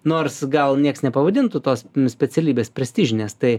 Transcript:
nors gal nieks nepavadintų tos specialybės prestižinės tai